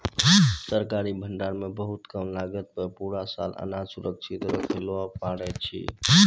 सरकारी भंडार मॅ बहुत कम लागत पर पूरा साल अनाज सुरक्षित रक्खैलॅ पारै छीं